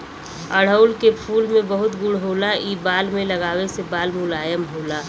अढ़ऊल के फूल में बहुत गुण होला इ बाल में लगावे से बाल मुलायम होला